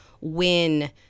win